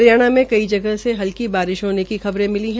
हरियाणा में कई जगह हलकी बारिश होने की खबरे मिली है